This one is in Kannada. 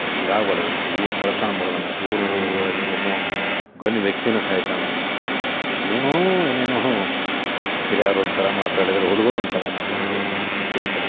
ಹಿಂಗೆ ಆಗಬಾರ್ದಾಗಿತ್ತು ಊರ ಕಳಶನ ಮುರ್ದಂಗೆ ಆಯ್ತು ಊರು ಊರಾಗಿನ್ ಒಬ್ಬ ಗಣ್ಯ ವ್ಯಕ್ತಿನೇ ಸಾಯ್ತಾನೋ ಏನೇನೋ ಏನೇನೋ ಹಿರಿಯರು ಒಂಥರ ಮಾತಾಡಿದರು ಹುಡ್ಗುರು ಒಂಥರ ಮಾತಾಡೋದು ವಿಚಿತ್ರ